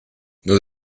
nus